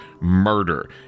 murder